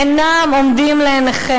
הם עסוקים.